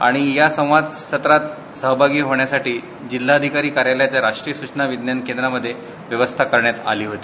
आणि या संवादसत्रात सहभागी होण्यासाठी जिल्हाधिकारी कार्यालयाच्या विज्ञान केंद्रामध्ये व्यवस्था करण्यात आली होती